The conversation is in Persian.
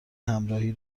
همراهی